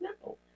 No